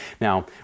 now